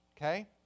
okay